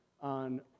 on